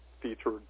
featured